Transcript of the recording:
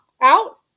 out